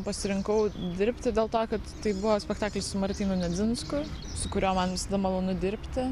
pasirinkau dirbti dėl to kad tai buvo spektaklis su martynu nedzinsku su kuriuo man visada malonu dirbti